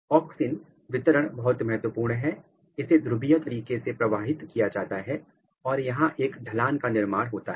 auxin वितरण बहुत महत्वपूर्ण है इसे ध्रुवीय तरीके से प्रवाहित किया जाता है और यहां एक ढलान का निर्माण होता है